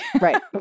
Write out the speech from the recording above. Right